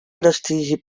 prestigi